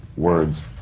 words,